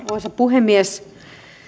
arvoisa puhemies